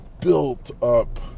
built-up